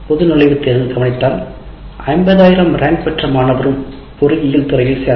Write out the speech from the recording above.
நுழைவு தேர்வு கவனித்தால் 50000 ரேங்க் பெற்ற மாணவரும் பொறியியல் துறையில் சேரலாம்